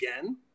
again